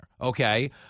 okay